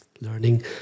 learning